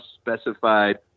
specified